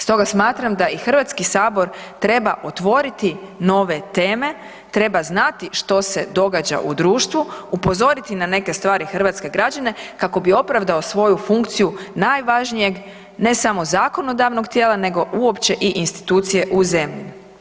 Stoga smatram da i HS treba otvoriti nove teme, treba znati što se događa u društvu, upozoriti na neke stvari hrvatske građane kako bi opravdao svoju funkciju najvažnijeg ne samo zakonodavnog tijela nego uopće i institucije u zemlji.